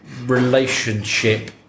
relationship